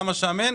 למה שם אין,